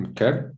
okay